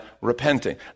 repenting